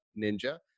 ninja